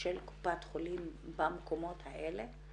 של קופת חולים במקומות האלה?